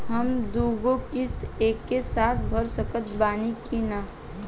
हम दु गो किश्त एके साथ भर सकत बानी की ना?